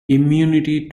immunity